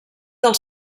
del